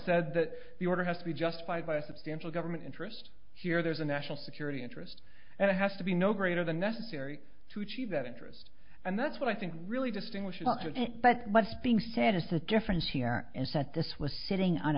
said that the order has to be justified by substantial government interest here there's a national security interest and it has to be no greater than necessary to achieve that interest and that's what i think really distinguishes us with it but what's being said is the difference here and set this was sitting on